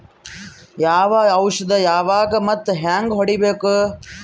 ಯಾವ ಔಷದ ಯಾವಾಗ ಮತ್ ಹ್ಯಾಂಗ್ ಹೊಡಿಬೇಕು?